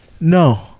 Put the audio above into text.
No